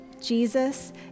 Jesus